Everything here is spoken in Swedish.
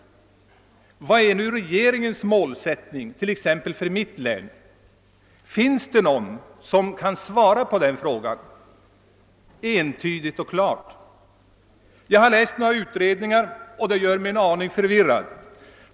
Vilket mål har nu regeringen för exempelvis mitt hemlän? Finns det någon som kan svara entydigt och klart på den frågan? Jag har läst några utredningar och blivit en aning förvirrad.